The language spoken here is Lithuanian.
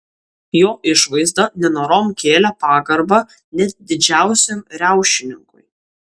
jo išvaizda nenorom kėlė pagarbą net didžiausiam riaušininkui